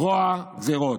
רוע גזרות,